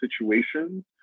situations